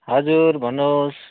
हजुर भन्नुहोस्